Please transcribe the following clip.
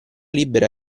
libera